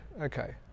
okay